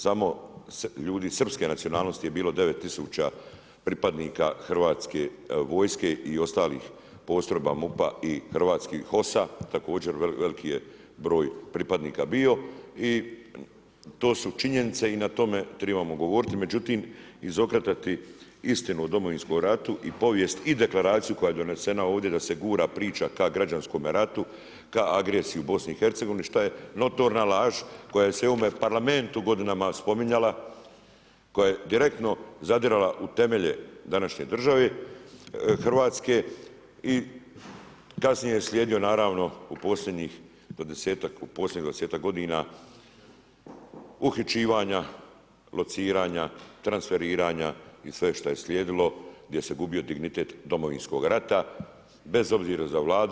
Samo ljudi srpske nacionalnosti je bilo 9 000 pripadnika hrvatske vojske i ostalih postrojba MUP-a i hrvatskog HOS-a, također veliki broj pripadnika bio i to su činjenice i na tome trebamo govoriti, međutim izokretati istinu o Domovinskom ratu I povijest i deklaraciju koja je donesena ovdje da se gura, priča kao građanskome ratu, kao agresiji u BiH-u šta je notorna laž koja se u ovom Parlamentu godinama spominjala, koja je direktno zadirala u temelje današnje države Hrvatske i kasnije je slijedilo naravno u posljednjih dvadesetak godina, uhićivanja, lociranja, transferiranja i sve šta je slijedilo gdje se gubio dignitet Domovinskog rata bez obzira za Vladu.